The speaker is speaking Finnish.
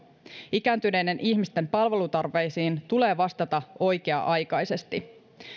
ikääntyneiden ihmisten palvelutarpeisiin tulee vastata oikea aikaisesti